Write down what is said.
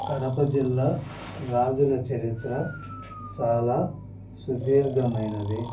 కడప జిల్లా రాజుల చరిత్ర చాలా సుధీర్ఘమైనది